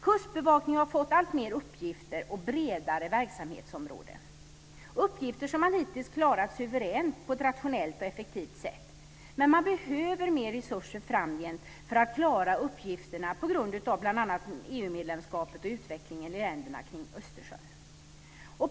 Kustbevakningen har fått alltmer uppgifter och bredare verksamhetsområde - uppgifter som man hittills klarat suveränt på ett rationellt och effektivt sätt. Men man behöver mer resurser framgent för att klara uppgifterna på grund av bl.a. EU-medlemskapet och utvecklingen i länderna kring Östersjön.